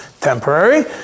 temporary